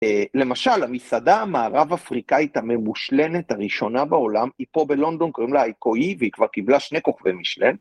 למשל, המסעדה המערב-אפריקאית הממושלנת הראשונה בעולם היא פה בלונדון, קוראים לה היקואי, והיא כבר קיבלה שני כוכבי מישלן.